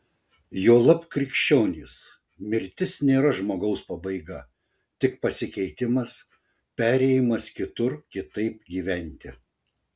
juolab krikščionys mirtis nėra žmogaus pabaiga tik pasikeitimas perėjimas kitur kitaip gyventi